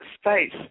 space